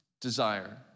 desire